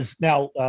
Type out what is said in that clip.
Now